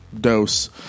dose